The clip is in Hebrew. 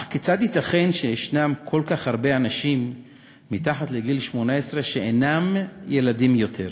אך כיצד ייתכן שישנם כל כך הרבה אנשים מתחת לגיל 18 שאינם ילדים יותר?